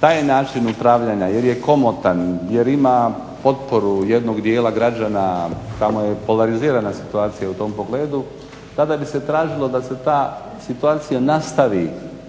taj način upravljanja jer je komotan, jer ima potporu jednog dijela građana, tamo je polarizirana situacija u tom pogledu tada bi se tražilo da se ta situacija nastavi